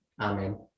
amen